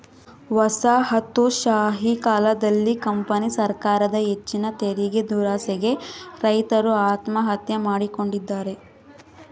ವಸಾಹತುಶಾಹಿ ಕಾಲದಲ್ಲಿ ಕಂಪನಿ ಸರಕಾರದ ಹೆಚ್ಚಿನ ತೆರಿಗೆದುರಾಸೆಗೆ ರೈತರು ಆತ್ಮಹತ್ಯೆ ಮಾಡಿಕೊಂಡಿದ್ದಾರೆ